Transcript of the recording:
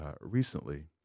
recently